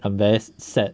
I'm very sad